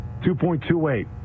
$2.28